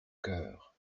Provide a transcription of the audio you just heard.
cœur